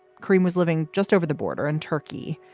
karim was living just over the border in turkey.